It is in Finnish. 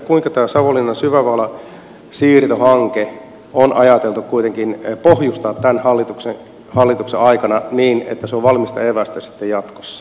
kuinka tämä savonlinnan syväväylän siirtohanke on ajateltu kuitenkin pohjustaa tämän hallituksen aikana niin että se on valmista evästä sitten jatkossa